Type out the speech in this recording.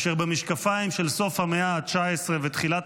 אשר במשקפיים של סוף המאה ה-19 ותחילת